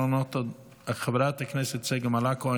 חברת הכנסת צגה מלקו,